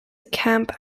camp